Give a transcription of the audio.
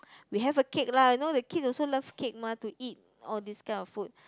we have a cake lah you know the kid also love cake mah to eat all this kind of food